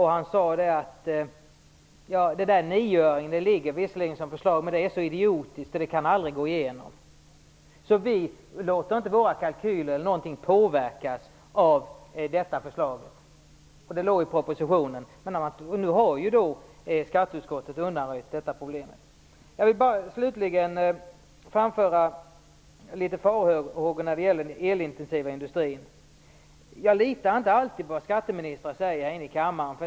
Han sade att det visserligen ligger ett förslag om den där nioöringen, men att det är så idiotiskt att det aldrig kan gå igenom. De lät inte sina kalkyler påverkas av förslaget. Det låg ju i propositionen, men nu har ju skatteutskottet undanröjt det problemet. Jag vill slutligen framför några farhågor när det gäller den elintensiva industrin. Jag litar inte alltid på vad skatteministern säger här i kammaren.